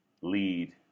lead